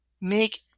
make